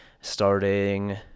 Starting